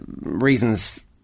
reasons